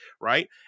right